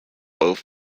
both